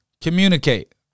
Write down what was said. Communicate